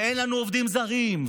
ואין לנו עובדים זרים,